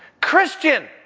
Christian